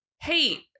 hey